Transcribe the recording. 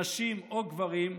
נשים או גברים,